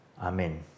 Amen